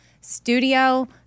Studio